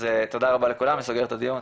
אז תודה רבה לכולם, אני סוגר את הדיון.